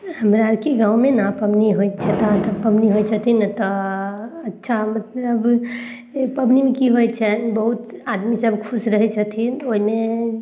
हमरा आरके गाँवमे ने पबनी होइत छै तहन तऽ पबनी होइ छथिन तऽ अच्छा मतलब अइ पबनीमे कि होइ छै बहुत आदमी सभ खुश होइ छथिन ओइमे